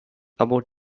about